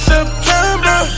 September